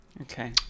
Okay